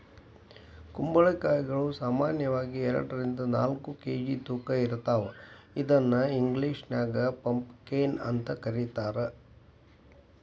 ಕುಂಬಳಕಾಯಿಗಳು ಸಾಮಾನ್ಯವಾಗಿ ಎರಡರಿಂದ ನಾಲ್ಕ್ ಕೆ.ಜಿ ತೂಕ ಇರ್ತಾವ ಇದನ್ನ ಇಂಗ್ಲೇಷನ್ಯಾಗ ಪಂಪಕೇನ್ ಅಂತ ಕರೇತಾರ